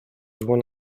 one